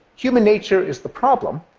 human nature is the problem,